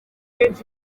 yavuze